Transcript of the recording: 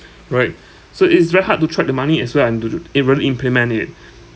right so it's very hard to track the money as well and to to and really implement it